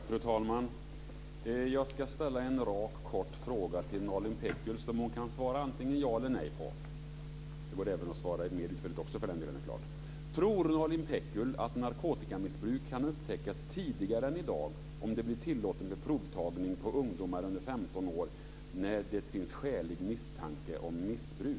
Fru talman! Jag ska ställa en rak och kort fråga till Nalin Pekgul som hon kan svara antingen ja eller nej på. Det går förstås även att svara mer utförligt, för den delen. Tror Nalin Pekgul att narkotikamissbruk kan upptäckas tidigare än i dag om det blir tillåtet med provtagning på ungdomar under 15 år när det finns skälig misstanke om missbruk?